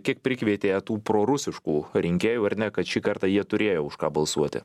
kiek prikvietė jie tų prorusiškų rinkėjų ar ne kad šį kartą jie turėjo už ką balsuoti